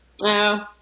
No